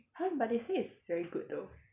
!huh! but they say it's very good though